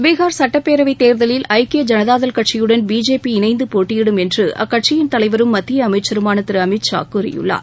பீகார் சட்டப்பேரவைத் தேர்தலில் ஐக்கிய ஜனதாதள் கட்சியுடன் பிஜேபி இணைந்தபோட்டியிடும் என்றுஅக்கட்சியின் தலைவரும் மத்தியஅமைச்சருமானதிருஅமித்ஷா கூறியுள்ளார்